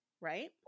Right